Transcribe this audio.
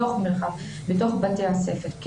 בתוך בתי הספר,